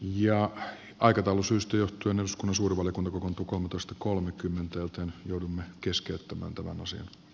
ja aikatalu syystyöt kynnys kun suurvallat on pantu kolmetoista kolmekymmentä joudumme keskeyttämään tämän osan